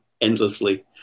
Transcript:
endlessly